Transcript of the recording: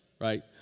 right